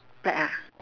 black ah